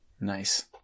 Nice